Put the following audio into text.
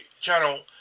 channel